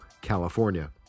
California